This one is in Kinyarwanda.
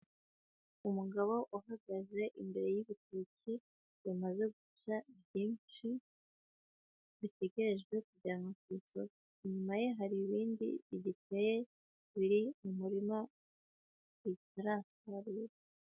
Umugabo uhagaze imbere y'ibitoki bamaze guca byinshi bitegerejwe kujyama ku isoko, inyuma ye hari ibindi bigiteye biri mu murima bitarasarurwa.